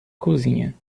cozinha